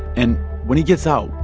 and when he gets out,